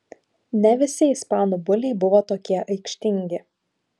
ne visi ispanų buliai buvo tokie aikštingi